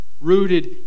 rooted